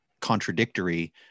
contradictory